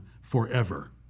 forever